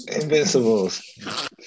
Invincibles